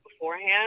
beforehand